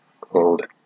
called